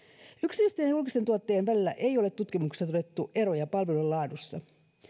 yksityisten ja julkisten tuottajien välillä ei ole tutkimuksissa todettu eroja palvelun laadussa